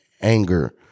anger